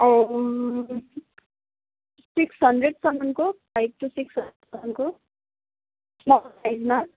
six हन्ड्रेडसम्मको five to six हन्ड्रेडसम्मको normal साइजमा